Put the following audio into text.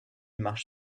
marche